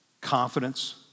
confidence